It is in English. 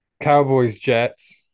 Cowboys-Jets